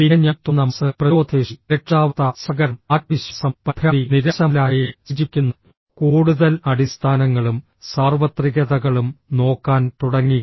പിന്നെ ഞാൻ തുറന്ന മനസ്സ് പ്രതിരോധശേഷി അരക്ഷിതാവസ്ഥ സഹകരണം ആത്മവിശ്വാസം പരിഭ്രാന്തി നിരാശ മുതലായവയെ സൂചിപ്പിക്കുന്ന കൂടുതൽ അടിസ്ഥാനങ്ങളും സാർവത്രികതകളും നോക്കാൻ തുടങ്ങി